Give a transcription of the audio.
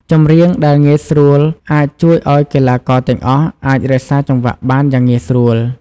ចម្រៀងដែលងាយស្រួលអាចជួយឲ្យកីឡាករទាំងអស់អាចរក្សាចង្វាក់បានយ៉ាងងាយស្រួល។